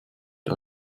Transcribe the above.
die